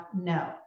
No